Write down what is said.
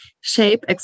shape